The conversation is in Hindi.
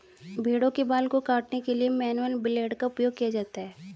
भेड़ों के बाल को काटने के लिए मैनुअल ब्लेड का उपयोग किया जाता है